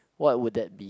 what would that be